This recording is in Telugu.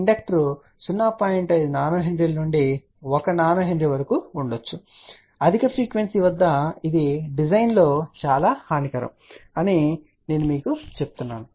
5 nH నుండి 1 nH వరకు ఉంటుంది మరియు అధిక ఫ్రీక్వెన్సీ వద్ద ఇది డిజైన్లో చాలా హానికరం అని నేను మీకు చెప్పాలనుకుంటున్నాను